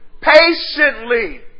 patiently